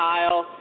Kyle